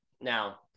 Now